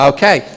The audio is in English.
Okay